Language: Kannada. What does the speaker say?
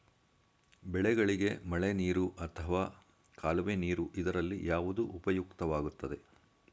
ಬೆಳೆಗಳಿಗೆ ಮಳೆನೀರು ಅಥವಾ ಕಾಲುವೆ ನೀರು ಇದರಲ್ಲಿ ಯಾವುದು ಉಪಯುಕ್ತವಾಗುತ್ತದೆ?